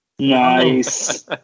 nice